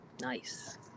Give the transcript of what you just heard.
Nice